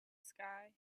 sky